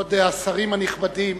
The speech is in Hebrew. כבוד השרים הנכבדים,